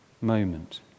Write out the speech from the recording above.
moment